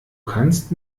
kannst